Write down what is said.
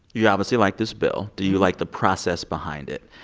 you obviously like this bill. do you like the process behind it,